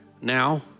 Now